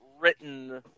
written